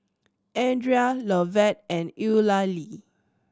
Andria Lovett and Eulalie